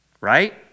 right